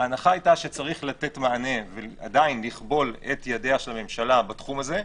ההנחה הייתה שצריך לתת מענה ועדיין לכבול את ידיה של הממשלה בתחום הזה,